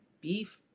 beef